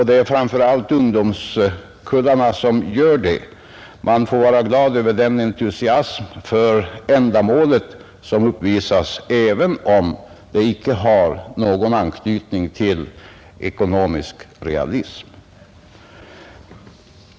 Det är framför allt ungdomskullarna som gör det. Man får vara glad över den entusiasm för ändamålet som uppvisas, även om den icke har någon anknytning till ekonomisk realism.